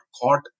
caught